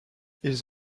ils